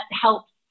helps